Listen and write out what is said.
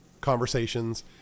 conversations